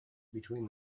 between